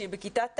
שהיא בכיתה ט',